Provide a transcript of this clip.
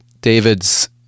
David's